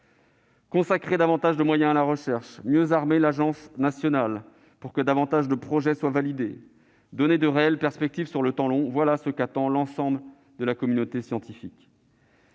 Consacrer davantage de moyens à la recherche, mieux armer l'Agence nationale pour que davantage de projets soient validés, donner de réelles perspectives sur le temps long : voilà ce qu'attend l'ensemble de la communauté scientifique.